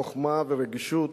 חוכמה ורגישות